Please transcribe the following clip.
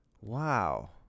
Wow